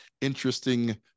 interesting